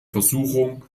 versuchung